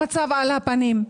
המצב על הפנים.